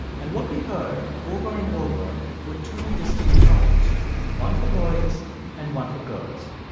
and what we heard over and over were two distinct tones one for boys and one for girls